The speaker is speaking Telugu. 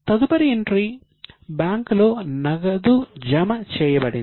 తదుపరి ఎంట్రీ బ్యాంకులో నగదు జమ చేయబడింది